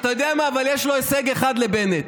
אתה יודע מה, אבל יש לו הישג אחד, לבנט.